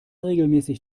regelmäßig